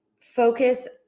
focus